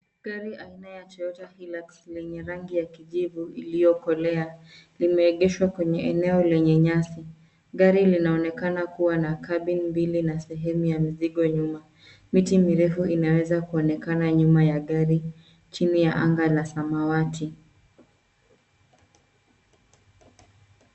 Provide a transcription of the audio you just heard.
Gari aina ya Toyota Hilux lenye rangi ya kijivu iliyokolea limeegeshwa kwenye eneo lenye nyasi. Gari linaonekana kuwa na cabin mbili na sehemu ya mizigo nyuma. Miti mrefu inaweza kuonekana nyuma ya gari chini ya anga la samawati.